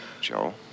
Joe